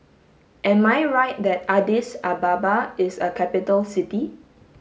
am I right that Addis Ababa is a capital city